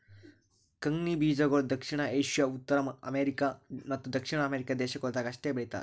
ಕಂಗ್ನಿ ಬೀಜಗೊಳ್ ದಕ್ಷಿಣ ಏಷ್ಯಾ, ಉತ್ತರ ಅಮೇರಿಕ ಮತ್ತ ದಕ್ಷಿಣ ಅಮೆರಿಕ ದೇಶಗೊಳ್ದಾಗ್ ಅಷ್ಟೆ ಬೆಳೀತಾರ